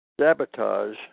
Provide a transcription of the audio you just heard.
sabotage